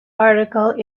article